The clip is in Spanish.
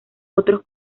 otros